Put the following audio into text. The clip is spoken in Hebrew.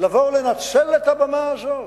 לבוא ולנצל את הבמה הזאת,